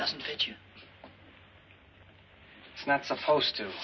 doesn't it you not supposed to